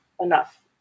enough